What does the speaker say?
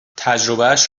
تجربهاش